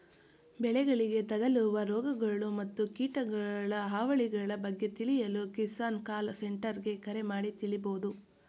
ಬೆಳೆಗಳಿಗೆ ತಗಲುವ ರೋಗಗಳು ಮತ್ತು ಕೀಟಗಳ ಹಾವಳಿಗಳ ಬಗ್ಗೆ ತಿಳಿಯಲು ಕಿಸಾನ್ ಕಾಲ್ ಸೆಂಟರ್ಗೆ ಕರೆ ಮಾಡಿ ತಿಳಿಬೋದು